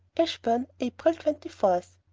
ashburn, april twenty four.